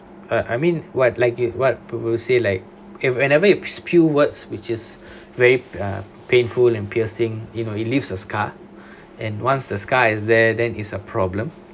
uh I mean what like it what people say like if whenever you spew words which is very uh painful and piercing you know it leaves the scar and once the scar is there then it's a problem